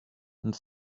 and